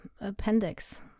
appendix